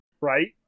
Right